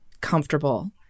comfortable